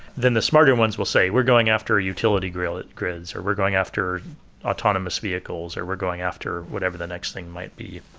then the smarter ones will say, we're going after a utility grids, or we're going after autonomous vehicles or we're going after whatever the next thing might be.